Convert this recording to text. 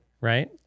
right